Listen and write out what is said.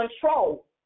control